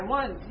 one